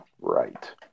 Right